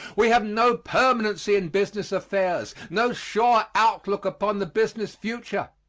we have no permanency in business affairs, no sure outlook upon the business future.